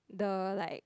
the like